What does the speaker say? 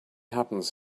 happens